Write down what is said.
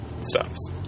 stops